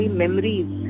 memories